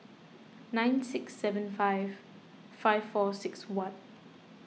nine six seven five five four six one